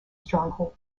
stronghold